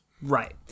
Right